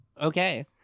okay